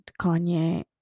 Kanye